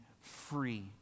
free